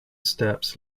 steps